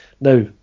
Now